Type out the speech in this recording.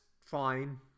fine